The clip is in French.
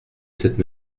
cette